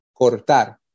cortar